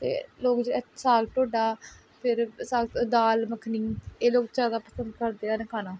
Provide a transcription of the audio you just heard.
ਅਤੇ ਲੋਕ ਜਿਹੜੇ ਹੈ ਸਾਗ ਢੋਡਾ ਫਿਰ ਸਾਗ ਦਾਲ ਮੱਖਣੀ ਇਹ ਲੋਕ ਜ਼ਿਆਦਾ ਪਸੰਦ ਕਰਦੇ ਹਨ ਖਾਣਾ